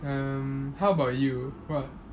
um how about you what